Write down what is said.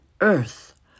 earth